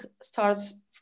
starts